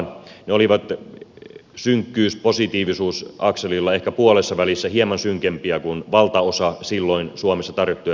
ne olivat synkkyyspositiivisuus akselilla ehkä puolessavälissä hieman synkempiä kuin valtaosa silloin suomessa tarjotuista talousennusteista